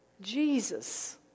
Jesus